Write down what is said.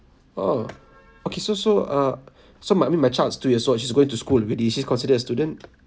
oh okay so so uh so my mean my child's two years old she's going to school already she's considered a student